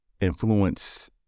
influence